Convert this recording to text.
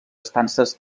estances